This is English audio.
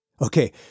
Okay